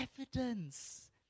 evidence